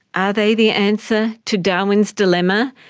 are they the answer to darwin's dilemma?